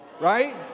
Right